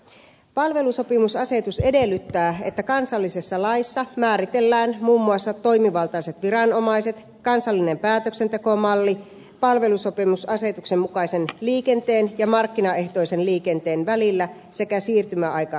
palve lusopimusasetus edellyttää että kansallisessa laissa määritellään muun muassa toimivaltaiset viranomaiset kansallinen päätöksentekomalli palvelusopimusasetuksen mukaisen liikenteen ja markkinaehtoisen liikenteen välillä sekä siirtymäaikasäännökset